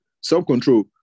self-control